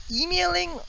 Emailing